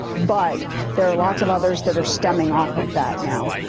but there are lots of others that are stemming off of that now.